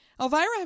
Elvira